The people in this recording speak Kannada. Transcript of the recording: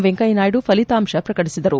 ವೆಂಕಯ್ಯನಾಯ್ಡು ಫಲಿತಾಂಶವನ್ನು ಪ್ರಕಟಿಸಿದರು